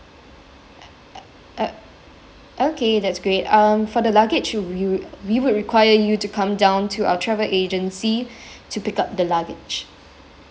oh okay that's great um for the luggage you you we would require you to come down to our travel agency to pick up the luggage